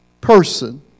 person